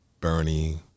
Bernie